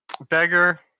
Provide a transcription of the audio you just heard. Beggar